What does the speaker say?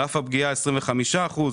פגיעה, 25 אחוזים.